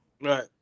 right